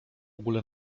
ogóle